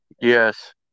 Yes